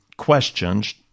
Questions